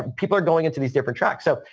people are going into these different tracks. so,